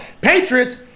Patriots